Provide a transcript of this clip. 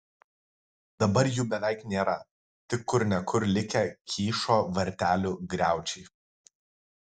dabar jų beveik nėra tik kur ne kur likę kyšo vartelių griaučiai